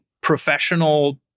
professional